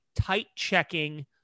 tight-checking